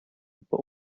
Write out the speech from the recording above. but